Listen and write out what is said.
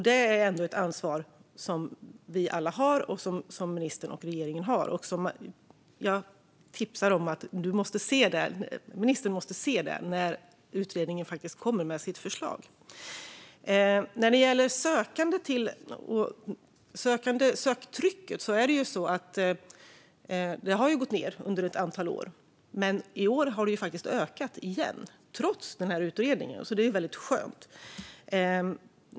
Det är ett ansvar som vi alla har och som ministern och regeringen har. Jag tipsar ministern om det - hon måste se det när utredningen kommer med sitt förslag. När det gäller söktrycket har det gått ned under ett antal år. Men i år har det faktiskt ökat igen, trots denna utredning, vilket är skönt.